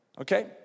Okay